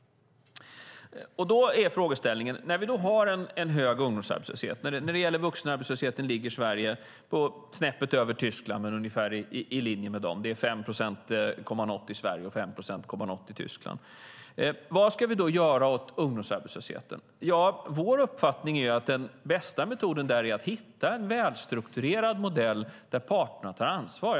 Vi har en hög ungdomsarbetslöshet. När det gäller vuxna ligger arbetslösheten i Sverige snäppet över den i Tyskland. Den är ungefär i linje med den. Den är 5 procent komma något i Sverige och 5 procent komma något i Tyskland. Vad ska vi då göra åt ungdomsarbetslösheten? Vår uppfattning är att den bästa metoden är att hitta en välstrukturerad modell där partnerna tar ansvar.